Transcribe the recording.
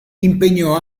impegnò